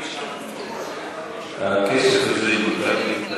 הכסף הזה יבוטל.